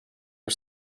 our